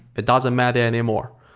it doesn't matter anymore.